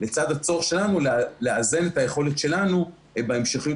לצד הצורך שלנו לאזן את היכולת שלנו בהמשכיות